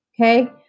Okay